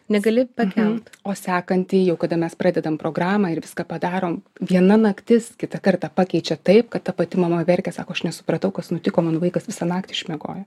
negali pakelt o sekantį jau kada mes pradedam programą ir viską padarom viena naktis kitą kartą pakeičia taip kad ta pati mama verkia sako aš nesupratau kas nutiko mano vaikas visą naktį išmiegojo